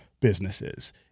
businesses